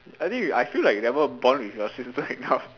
I think you I feel like you never bond with your sister enough